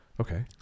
Okay